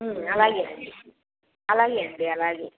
అలాగే అండి అలాగే అండి అలాగే